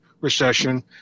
Recession